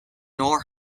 nor